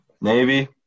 Navy